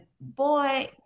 boy